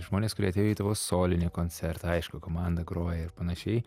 žmonės kurie atėjo į tavo solinį koncertą aišku komanda groja ir panašiai